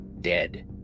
dead